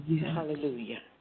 Hallelujah